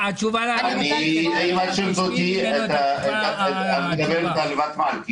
חברת הכנסת, את מדברת על ותמ"ל.